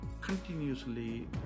continuously